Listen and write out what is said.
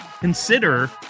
consider